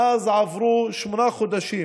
מאז עברו שמונה חודשים